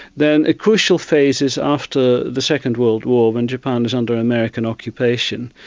then a crucial phase is after the second world war when japan is under american occupation,